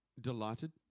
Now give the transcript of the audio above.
Delighted